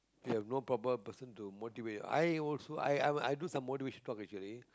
you have no problem person to motivate I also I I i do some motivational talk actually